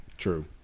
true